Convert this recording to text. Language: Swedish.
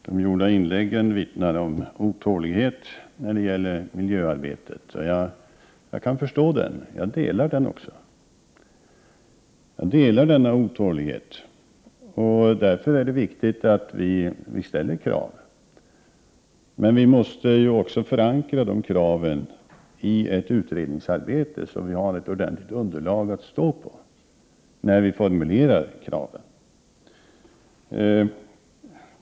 Herr talman! Inläggen här vittnar om otålighet när det gäller miljöarbetet. Jag kan förstå att man är otålig, och jag delar också den otåligheten. Det är viktigt att vi ställer krav, men vi måste också förankra kraven i ett utredningsarbete. Det gäller ju att ha ett ordentligt underlag när vi skall formulera kraven.